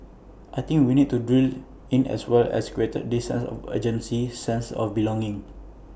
I think we need to drill in as well as create this sense of urgency sense of belonging